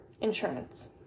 insurance